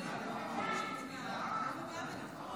את הצעת חוק